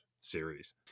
series